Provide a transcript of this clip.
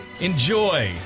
Enjoy